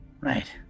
Right